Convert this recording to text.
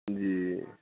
जी